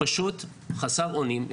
פשוט חסר אונים,